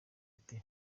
ati